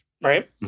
right